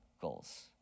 goals